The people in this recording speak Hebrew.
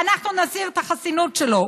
אנחנו נסיר את החסינות שלו.